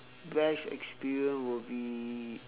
best experience will be